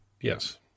Yes